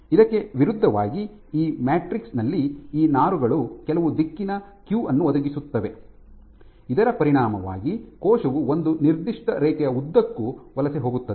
ಇದಕ್ಕೆ ವಿರುದ್ಧವಾಗಿ ಈ ಮ್ಯಾಟ್ರಿಕ್ಸ್ ನಲ್ಲಿ ಈ ನಾರುಗಳು ಕೆಲವು ದಿಕ್ಕಿನ ಕ್ಯೂ ಅನ್ನು ಒದಗಿಸುತ್ತವೆ ಇದರ ಪರಿಣಾಮವಾಗಿ ಕೋಶವು ಒಂದು ನಿರ್ದಿಷ್ಟ ರೇಖೆಯ ಉದ್ದಕ್ಕೂ ವಲಸೆ ಹೋಗುತ್ತದೆ